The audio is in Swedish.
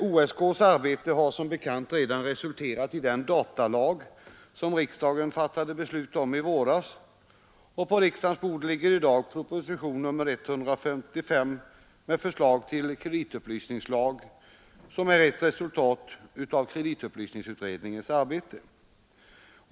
OSK ss arbete har som bekant redan resulterat i den datalag som riksdagen fattade beslut om i våras, och på riksdagens bord ligger i dag propositionen 155 med förslag till kreditupplysningslag, som är ett resultat av kreditupplysningsutredningens arbete.